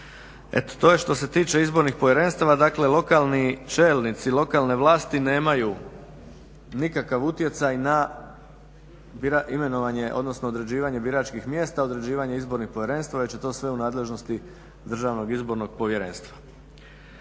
Eto to je što se tiče izbornih povjerenstava. Dakle, lokalni čelnici, lokalne vlasti nemaju nikakav utjecaj na imenovanje odnosno određivanje biračkih mjesta, određivanje izbornih povjerenstva već je to sve u nadležnosti državnog izbornog povjerenstva.